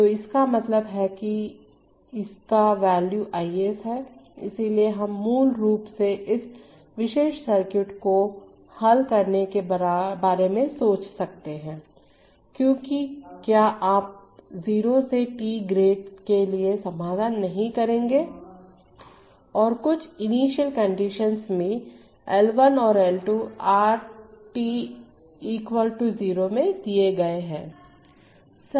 तोइसका मतलब है कि इसका वैल्यू I s है इसलिए हम मूल रूप से इस विशेष सर्किट को हल करने के बारे में सोच सकते हैं क्योंकि क्या आप 0 से t ग्रेड के लिए समाधान नहीं करेंगे और कुछ इनिशियल कंडीशन में L1 और L 2 R t equal to 0 में दिए गए हैं